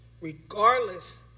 regardless